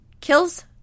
Kills